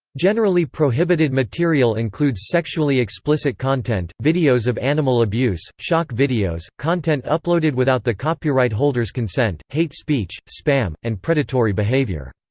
generally prohibited material includes sexually explicit content, videos of animal abuse, shock videos, content uploaded without the copyright holder's consent, hate speech, spam, and predatory behavior.